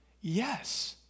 Yes